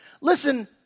listen